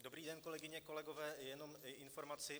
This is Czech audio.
Dobrý den, kolegyně, kolegové, jenom informaci.